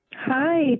Hi